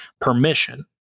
permission